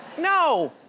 no,